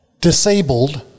disabled